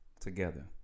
together